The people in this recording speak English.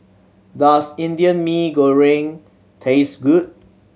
does Indian Mee Goreng taste good